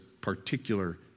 particular